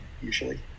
usually